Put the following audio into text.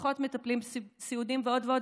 פחות מטפלים סיעודיים ועוד ועוד,